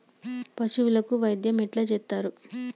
పశువులకు వైద్యం ఎట్లా చేత్తరు?